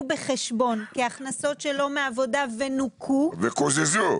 בחשבון כהכנסות שלו מעבודה ונוכו --- וקוזזו.